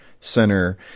Center